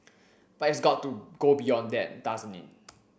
but it has got to go beyond that doesn't it